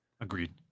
Agreed